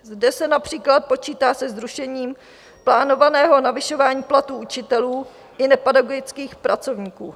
Zde se například počítá se zrušením plánovaného navyšování platů učitelů i nepedagogických pracovníků.